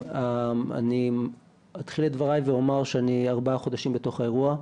אני אתחיל את דבריי ואומר שאני ארבעה חודשים בתוך האירוע.